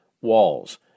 walls